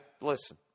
listen